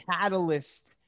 catalyst